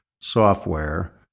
software